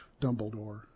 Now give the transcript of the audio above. Dumbledore